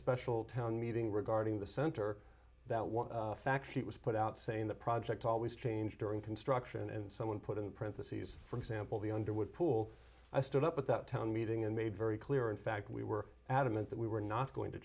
special town meeting regarding the center that one fact sheet was put out saying the project always change during construction and someone put in print the seas for example the underwood pool i stood up at that town meeting and made very clear in fact we were adamant that we were not going to